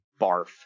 barf